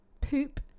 poop